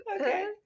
Okay